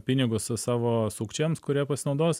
pinigus su savo sukčiams kurie pasinaudos